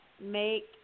make